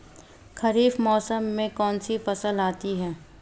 खरीफ मौसम में कौनसी फसल आती हैं?